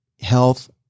Health